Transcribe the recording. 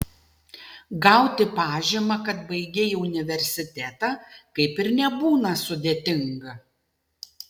gauti pažymą kad baigei universitetą kaip ir nebūna sudėtinga